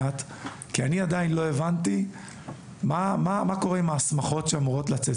עדיין לא הבנתי מה קורה עם ההסמכות שאמורות לצאת.